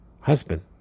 husband